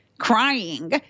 crying